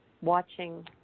watching